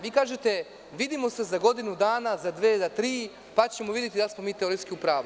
Vi kažete – vidimo se za godinu dana, za dve, za tri, pa ćemo videti da li smo mi teoretski u pravu.